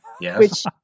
Yes